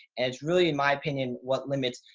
it's really, in my opinion, what limits,